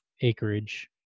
acreage